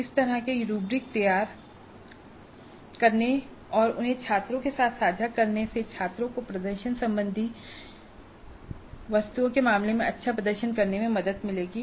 इस तरह के रूब्रिक तैयार करने और उन्हें छात्रों के साथ साझा करने से छात्रों को प्रदर्शन से संबंधित उन्मुख परीक्षण वस्तुओं के मामले में अच्छा प्रदर्शन करने में मदद मिलेगी